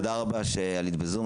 תודה רבה שעלית בזום.